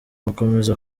gukomeza